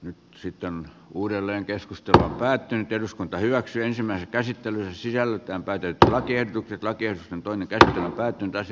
yksitään uudelleen keskustelu päättyi eduskunta hyväksyi ensimmäisen katsoa olisiko jonkinlainen rajaus sitten kuitenkin tältä osin tarpeen